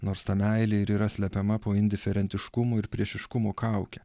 nors ta meilė ir yra slepiama po indiferentiškumo ir priešiškumo kauke